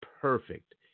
perfect